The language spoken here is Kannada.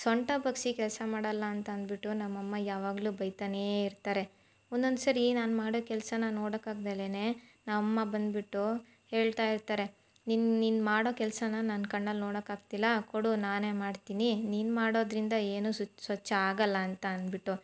ಸೊಂಟ ಬಗ್ಗಿಸಿ ಕೆಲಸ ಮಾಡೋಲ್ಲ ಅಂತಂದುಬಿಟ್ಟು ನಮ್ಮ ಅಮ್ಮ ಯಾವಾಗಲೂ ಬೈತಾನೇ ಇರ್ತಾರೆ ಒಂದೊಂದು ಸರಿ ನಾನು ಮಾಡೊ ಕೆಲ್ಸ ನೋಡೊಕಾಗ್ದಲೆ ನಮ್ಮ ಅಮ್ಮ ಬಂದುಬಿಟ್ಟು ಹೇಳ್ತಾಯಿರ್ತಾರೆ ನೀನ್ ನೀನು ಮಾಡೋ ಕೆಲ್ಸ ನನ್ನ ಕಣ್ಣಲ್ಲಿ ನೋಡೋಕಾಗ್ತಿಲ್ಲ ಕೊಡು ನಾನೇ ಮಾಡ್ತೀನಿ ನೀನು ಮಾಡೋದರಿಂದ ಏನು ಸುಚ್ ಸ್ವಚ್ಛ ಆಗೋಲ್ಲ ಅಂತಂದುಬಿಟ್ಟು